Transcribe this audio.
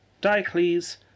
Diocles